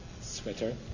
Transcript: sweater